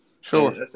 Sure